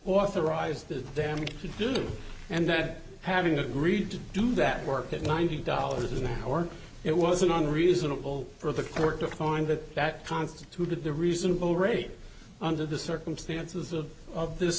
authorized the damage to do and that having agreed to do that work at ninety dollars an hour and it wasn't on reasonable for the court to find that that constituted the reasonable rate under the circumstances of this